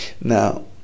Now